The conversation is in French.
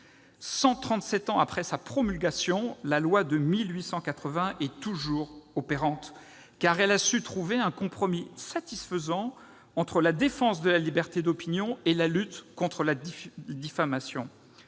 ans après sa promulgation, la loi de 1881 est toujours opérante, car elle a su trouver un compromis satisfaisant entre la défense de la liberté d'opinion et la lutte contre la diffamation.